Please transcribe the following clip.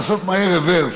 לעשות מהר רוורס,